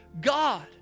God